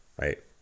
right